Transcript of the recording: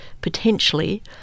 potentially